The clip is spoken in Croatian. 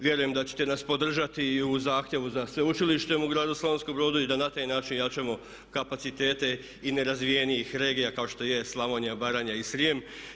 Vjerujem da ćete nas podržati i u zahtjevu za sveučilištem u gradu Slavonskom Brodu i da na taj način jačamo kapacitete i nerazvijenijih regija kao što je Slavonija, Baranja i Srijem.